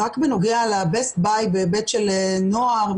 בנוגע ל-בסט ביי בהיבט של נוער,